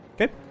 Okay